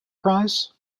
prize